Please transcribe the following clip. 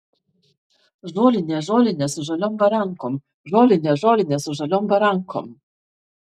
žolinė žolinė su žaliom barankom žolinė žolinė su žaliom barankom